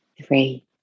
three